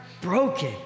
broken